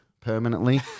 permanently